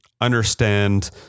understand